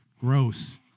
Gross